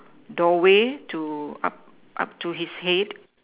doorway to up up to his head